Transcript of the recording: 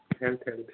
health health